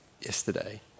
yesterday